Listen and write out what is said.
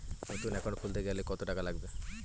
নতুন একাউন্ট খুলতে গেলে কত টাকা লাগবে?